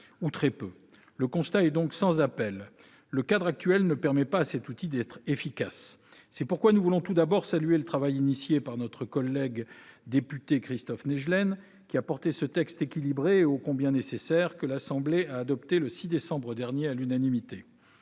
ou a très peu baissé. Le constat est donc sans appel : le cadre actuel ne permet pas à cet outil d'être efficace. C'est pourquoi nous voulons tout d'abord saluer le travail de notre collègue député Christophe Naegelen, qui a déposé ce texte équilibré, ô combien nécessaire, que l'Assemblée nationale a adopté le 6 décembre dernier à l'unanimité.